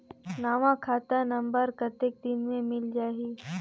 नवा खाता नंबर कतेक दिन मे मिल जाही?